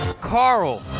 Carl